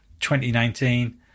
2019